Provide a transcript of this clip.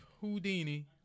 Houdini